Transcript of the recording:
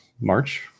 march